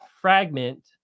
fragment